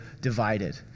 divided